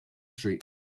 street